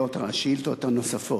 השאלות הנוספות.